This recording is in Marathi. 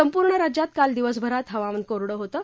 संपूर्ण राज्यात काल दिवभरात हवामान कोरडं होतं